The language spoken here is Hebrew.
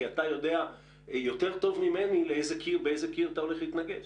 כי אתה יודע יותר טוב ממני באיזה קיר אתה הולך להתנגש.